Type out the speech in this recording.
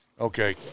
Okay